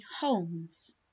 Holmes